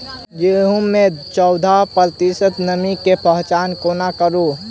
गेंहूँ मे चौदह प्रतिशत नमी केँ पहचान कोना करू?